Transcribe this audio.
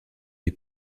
est